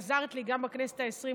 עזרת לי גם בכנסת העשרים,